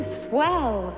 swell